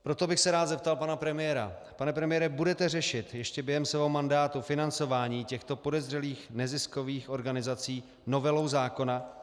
Proto bych se rád zeptal pana premiéra pane premiére, budete řešit ještě během svého mandátu financování těchto podezřelých neziskových organizací novelou zákona?